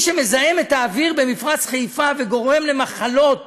מה שמזהם את האוויר במפרץ חיפה וגורם למחלות